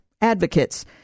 advocates